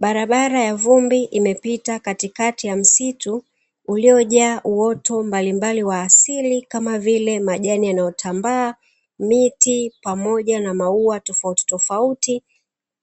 Barabara ya vumbi imepita katikati ya msitu uliojaa uoto mbalimbali wa asili, kama vile majani yanayo tambaa, miti pamoja na maua tofauti tofauti